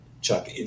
Chuck